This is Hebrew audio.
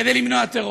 כדי למנוע טרור.